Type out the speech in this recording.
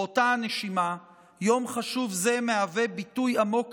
באותה הנשימה יום חשוב זה מהווה ביטוי עמוק